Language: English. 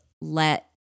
let